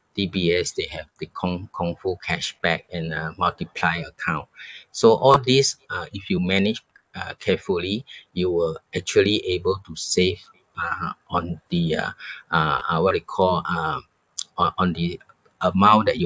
D_B_S they have they call kung fu cashback and uh multiplier account so all these uh if you manage uh carefully you will actually able to save uh on the uh uh uh what you call uh on on the amount that you